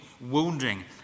wounding